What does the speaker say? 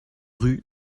rue